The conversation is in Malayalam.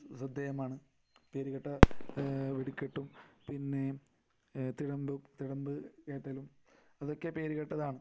ശ്രദ്ധേയമാണ് പേരുകേട്ട വെടിക്കെട്ടും പിന്നെ തിടമ്പും തിടമ്പ് തിടമ്പ് കയറ്റലും അതൊക്കെ പേരുകേട്ടതാണ്